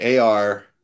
AR